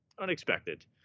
unexpected